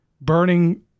burning